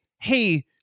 hey